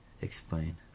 Explain